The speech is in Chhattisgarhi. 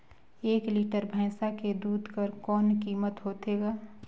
एक लीटर भैंसा के दूध कर कौन कीमत होथे ग?